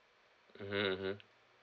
mmhmm mmhmm